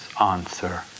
answer